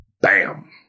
Bam